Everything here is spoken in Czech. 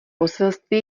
poselství